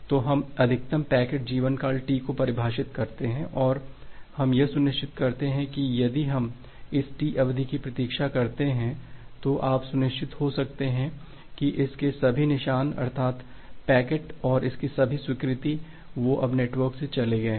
तो हम अधिकतम पैकेट जीवनकाल T को परिभाषित करते हैं और हम यह सुनिश्चित करते हैं कि यदि हम इस T अवधि की प्रतीक्षा करते हैं तो आप सुनिश्चित हो सकते हैं कि इसके सभी निशान अर्थात पैकेट और इसकी सभी स्वीकृति वे अब नेटवर्क से चले गए हैं